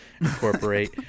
incorporate